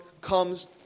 comes